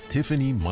Tiffany